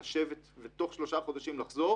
לשבת ותוך שלושה חודשים לחזור